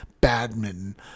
badminton